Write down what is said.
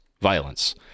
violence